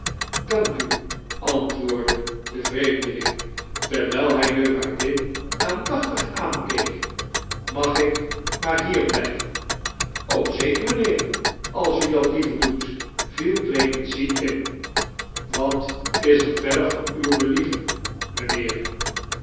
dank u antwoordde de vreemdedeling terwijl hij de waardin aandachtig aankeek mag ik maar hier blijven zeker mijnheer als u dat liever doet vial clemency in wat is er verder van uw bekeven mijnheer